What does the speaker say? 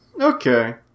Okay